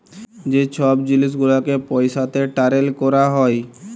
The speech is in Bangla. যে ছব জিলিস গুলালকে পইসাতে টারেল ক্যরা হ্যয়